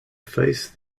face